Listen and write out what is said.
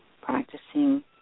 practicing